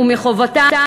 ומחובתם,